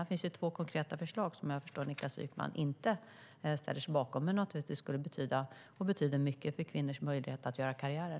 Här finns alltså två konkreta förslag som, vad jag förstår, Niklas Wykman inte ställer sig bakom men som naturligtvis skulle betyda och betyder mycket för kvinnors möjlighet att göra karriär.